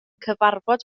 cyfarfod